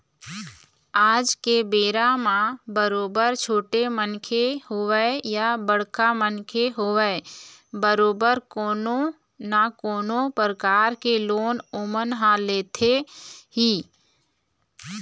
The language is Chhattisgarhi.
आज के बेरा म बरोबर छोटे मनखे होवय या बड़का मनखे होवय बरोबर कोनो न कोनो परकार के लोन ओमन ह लेथे ही